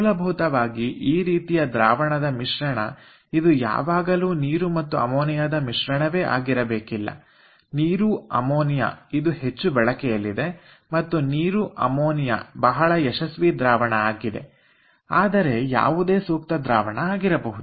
ಮೂಲಭೂತವಾಗಿ ಈ ರೀತಿಯ ದ್ರಾವಣದ ಮಿಶ್ರಣ ಇದು ಯಾವಾಗಲೂ ನೀರು ಮತ್ತು ಅಮೋನಿಯಾದ ಮಿಶ್ರಣವೇ ಆಗಿರಬೇಕಿಲ್ಲ ನೀರು ಅಮೋನಿಯಾ ಇದು ಹೆಚ್ಚು ಬಳಕೆಯಲ್ಲಿದೆ ಮತ್ತು ನೀರು ಅಮೋನಿಯಾ ಬಹಳ ಯಶಸ್ವಿ ದ್ರಾವಣ ಆಗಿದೆ ಆದರೆ ಯಾವುದೇ ಸೂಕ್ತ ದ್ರಾವಣ ಆಗಿರಬಹುದು